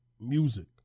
music